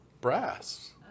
Brass